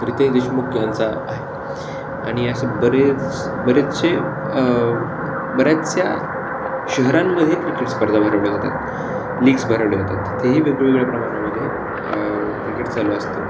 रितेश देशमुख यांचा आहे आणि असे बरेच बरेचसे बऱ्याचशा शहरांमध्ये क्रिकेट स्पर्धा भरवल्या जातात लिग्स भरावल्या जातात तिथेही वेगवेगळ्या प्रमाणामध्ये क्रिकेट चालू असतं